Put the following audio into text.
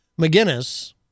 McGinnis